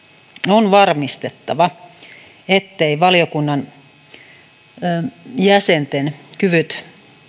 on varmistettava se että valiokunnan jäsenillä on olemassa kyvyt